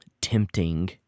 tempting